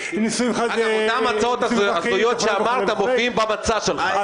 --- אותן הצעות הזויות שאמרת מופיעות במצע שלך.